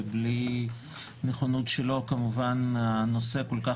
ובלי נכונות שלו כמובן שהנושא הכול כך